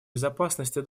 безопасности